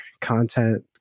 content